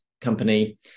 company